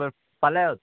फाल्यां